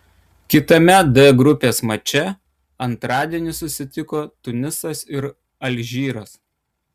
kitame d grupės mače antradienį susitiko tunisas ir alžyras